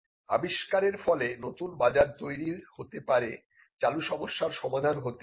আবিষ্কারের ফলে নতুন বাজার তৈরি হতে পারে চালু সমস্যার সমাধান হতে পারে